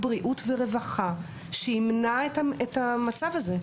חינוך, בריאות ורווחה שימנע את המצב הזה.